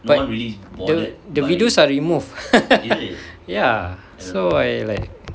but the the videos are removed ya so I like